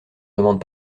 demande